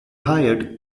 hired